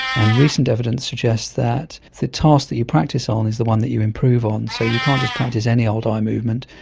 and recent evidence suggests that the task that you practice on is the one that you improve on. so you can't just practice any old eye movement,